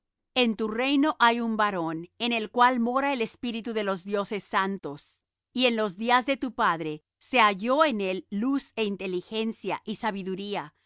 en tu reino hay un varón en el cual mora el espíritu de los dioses santos y en los días de tu padre se halló en él luz é inteligencia y sabiduría